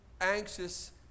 anxious